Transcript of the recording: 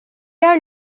are